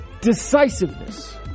decisiveness